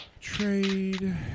trade